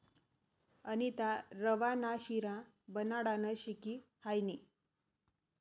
अनीता रवा ना शिरा बनाडानं शिकी हायनी